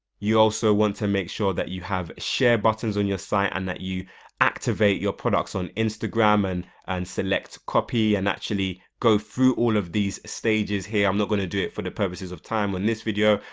you also want to make sure that you have share buttons on your site and that you activate your products on instagram and and select copy and actually go through all of these stages here, i'm not gonna do it for the purposes of time in this video,